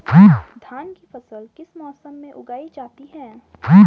धान की फसल किस मौसम में उगाई जाती है?